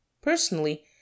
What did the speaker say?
Personally